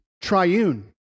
triune